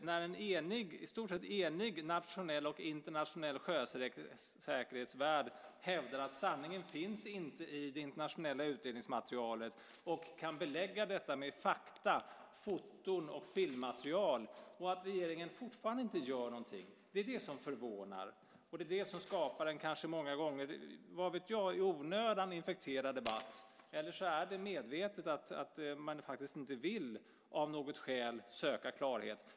När en i stort sett enig nationell och internationell sjösäkerhetsvärld hävdar att sanningen inte finns i det internationella utredningsmaterialet och kan belägga detta med fakta, foton och filmmaterial och regeringen fortfarande inte gör någonting förvånar det. Och det är kanske det som skapar en många gånger, vad vet jag, i onödan infekterad debatt. Eller så är det medvetet att man faktiskt inte vill, av något skäl, söka klarhet.